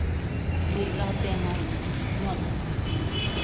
भी रहते हैं मोची